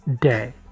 day